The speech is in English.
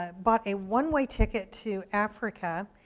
ah bought a one-way ticket to africa,